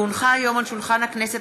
כי הונחו היום על שולחן הכנסת,